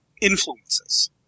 influences